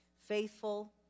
Faithful